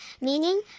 meaning